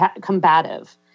combative